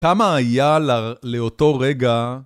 כמה היה לאותו רגע?